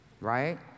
right